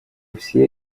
все